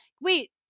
Wait